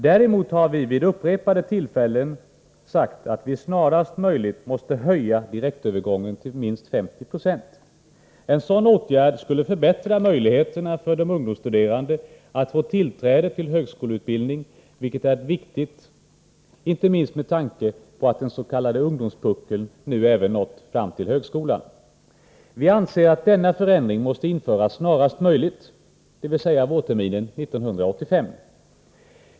Däremot har vi vid upprepade tillfällen sagt att vi snarast möjligt måste höja direktövergången till 50 20. En sådan åtgärd skulle förbättra möjligheterna för de ungdomsstuderande att få tillträde till högskoleutbildning, vilket är viktigt inte minst med tanke på att den s.k. ungdomspuckeln nu nått även högskolan. Vi anser att denna förändring måste införas snarast möjligt, dvs. vårterminen 1985.